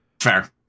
fair